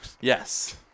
Yes